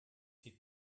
die